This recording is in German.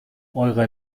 eure